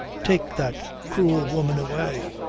take that cruel woman away.